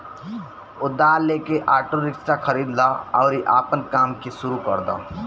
उधार लेके auto rickshaw खरीद लअ अउरी आपन काम के शुरू कर दअ